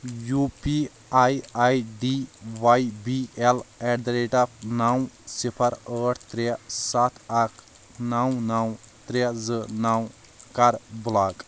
U P I I D Y B L at the rate of نو صفر ٲٹھ ترٛےٚ ستھ اکھ نو نو ترٛےٚ زٕ نو کَر بُلاک